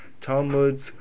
Talmud's